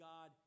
God